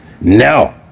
No